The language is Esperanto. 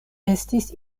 estis